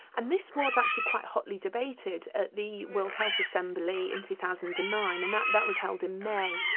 and this was actually quite hotly debated at the world health assembly in two thousand and nine, and that that was held in may,